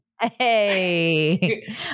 Hey